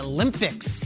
Olympics